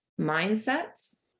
mindsets